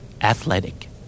Athletic